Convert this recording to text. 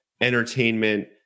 entertainment